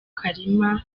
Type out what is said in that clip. kalima